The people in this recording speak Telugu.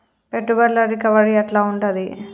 పెట్టుబడుల రికవరీ ఎట్ల ఉంటది?